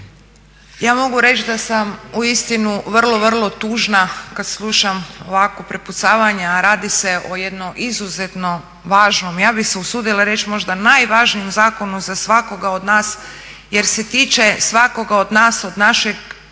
Ja mogu reći da sam uistinu vrlo, vrlo tužna kad slušam ovakvo prepucavanje a radi se o jednom izuzetno važnom, ja bih se usudila reći možda najvažnijem zakonu za svakako od nas jer se tiče svakoga od nas, od našeg